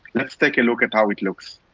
let's take a look at how it looks.